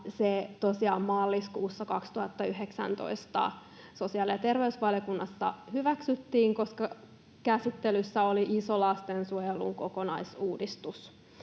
maaliskuussa 2019 sosiaali- ja terveysvaliokunnassa hyväksyttiin, koska käsittelyssä oli iso lastensuojelun kokonaisuudistus.